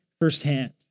firsthand